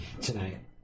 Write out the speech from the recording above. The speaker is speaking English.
tonight